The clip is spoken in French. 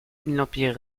l’empire